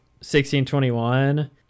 1621